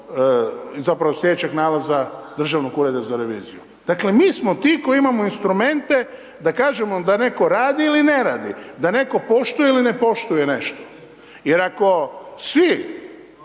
zapravo slijedećeg nalaza Državnog ureda za reviziju. Dakle, mi smo ti koji imamo instrumente da kažemo da netko radi ili ne radi, da netko poštuje ili ne poštuje nešto jer ako svi,